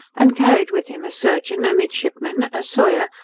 and carried with him a surgeon, a midshipman, a sawyer,